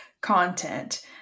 content